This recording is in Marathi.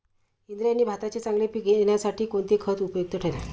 इंद्रायणी भाताचे चांगले पीक येण्यासाठी कोणते खत उपयुक्त ठरेल?